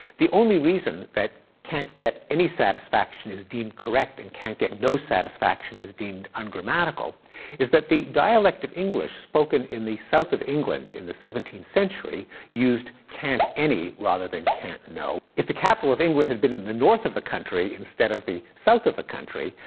the only reason that can't get any satisfaction is deemed correct and can't get no satisfaction is deemed ungrammatical is that the dialect of english spoken in the south of england in the seventeenth century used can't any rather than can't no. if the capital of england had been in the north of the country instead of the south of the country,